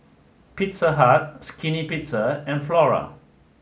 Pizza Hut Skinny Pizza and Flora